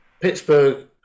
Pittsburgh